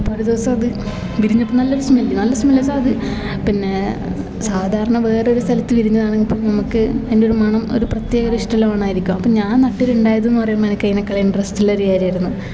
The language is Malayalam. അപ്പോൾ ഒരു ദിവസം അത് വിരിഞ്ഞപ്പം നല്ലൊരു സ്മെല്ല് നല്ല സ്മെല്ലെന്ന് വെച്ചാൽ അത് പിന്നെ സാധാരണ വേറൊരു സ്ഥലത്ത് വിരിഞ്ഞതാണങ്കിപ്പ നമുക്ക് അതിൻറ്റൊരു മണം ഒരു പ്രത്യേക ഇഷ്ടമുള്ള മണമായിരിക്കും അപ്പം ഞാൻ നട്ടിട്ട് ഉണ്ടായതെന്ന് പറയുമ്പോൾ എനിക്ക് ഇൻട്രസ്റ്റുള്ള ഒരു കാര്യമായിരുന്ന്